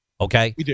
okay